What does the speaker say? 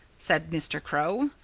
said mr. crow.